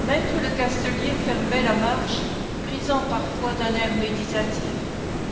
me lecastelier fermait la marche prisant parfois d'un air méditatif